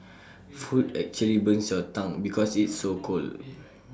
food actually burns your tongue because it's so cold